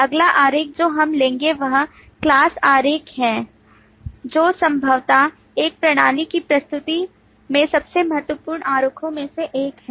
अगला आरेख जो हम लेंगे वह class आरेख है जो संभवतः एक प्रणाली की प्रस्तुति में सबसे महत्वपूर्ण आरेखों में से एक है